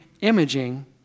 imaging